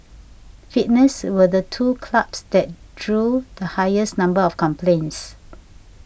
fitness were the two clubs that drew the highest number of complaints